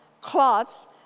cloths